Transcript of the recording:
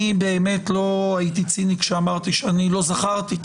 אני באמת לא הייתי ציני כשאמרתי אני לא זכרתי את